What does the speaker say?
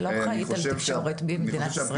אני לא אחראית על התקשורת במדינת ישראל.